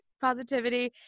positivity